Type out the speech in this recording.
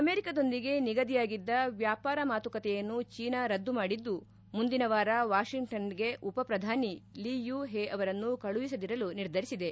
ಅಮೆರಿಕದೊಂದಿಗೆ ನಿಗದಿಯಾಗಿದ್ದ ವ್ಯಾಪಾರ ಮಾತುಕತೆಯನ್ನು ಚೀನಾ ರದ್ದು ಮಾಡಿದ್ದು ಮುಂದಿನ ವಾರ ವಾಷಿಂಗ್ಟನ್ಗೆ ಉಪಪ್ರಧಾನಿ ಲೀಯು ಹೆ ಅವರನ್ನು ಕಳುಹಿಸದಿರಲು ನಿರ್ಧರಿಸಿದೆ